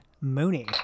Mooney